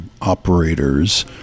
operators